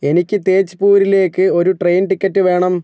എനിക്ക് തേജ്പൂരിലേക്ക് ഒരു ട്രെയിൻ ടിക്കറ്റ് വേണം